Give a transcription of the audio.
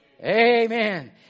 Amen